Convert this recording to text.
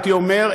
הייתי אומר,